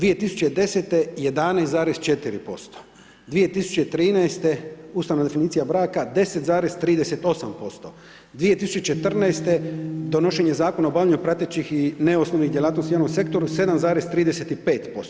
2010. 11,4%, 2013., ustavna definicija braka, 10,38%, 2014. donošenje Zakona o obavljanju pratećih i neosnovnih djelatnosti u javnom sektoru 7,35%